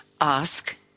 Ask